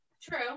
True